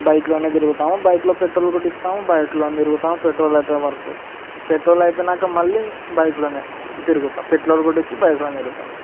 బైక్లో తిరుగుతాము బైక్లో పెట్రోల్ కొట్టిస్తాము బైక్లో తిరుగుతాము పెట్రోల్ అయిపోయే వరకు పెట్రోల్ అయిపోయినాక మళ్ళీ బైక్లో తిరుగుతాం పెట్రోల్ కొటిచ్చి బైక్లో తిరుగుతాం